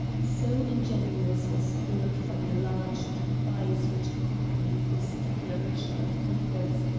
so ingenuous was the look from the large, deep eyes which accompanied this declaration of confidence,